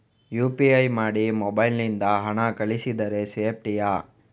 UPI ಮಾಡಿ mobile ನಿಂದ ಹಣ ಕಳಿಸಿದರೆ ಸೇಪ್ಟಿಯಾ?